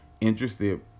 interested